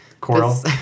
Coral